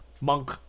monk